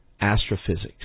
astrophysics